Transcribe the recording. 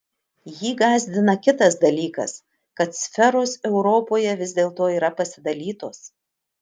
jį gąsdina kitas dalykas kad sferos europoje vis dėlto yra pasidalytos